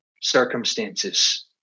circumstances